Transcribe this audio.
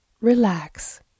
relax